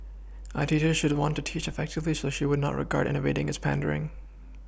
a teacher should want to teach effectively so she would not regard innovating as pandering